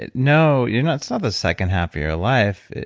and no, you know it's not the second half of your life.